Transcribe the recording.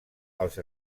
als